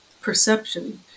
Perception